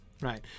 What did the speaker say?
Right